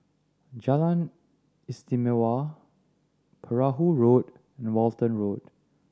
Jalan Istimewa Perahu Road and Walton Road